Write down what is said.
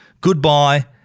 Goodbye